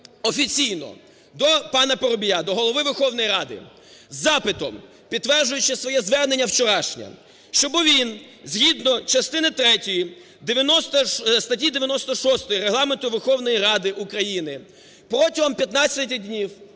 офіційно до панаПарубія, до Голови Верховної Ради, із запитом, підтверджуючи своє звернення вчорашнє, щоби він згідно частини третьої статті 96 Регламенту Верховної Ради України протягом 15 днів...